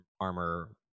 armor